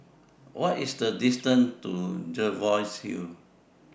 What IS The distance to Jervois Hill